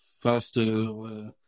faster